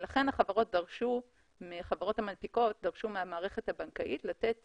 לכן החברות המנפיקות דרשו מהמערכת הבנקאית לתת